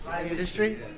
Industry